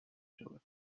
شود